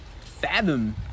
fathom